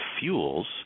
fuels